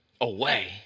Away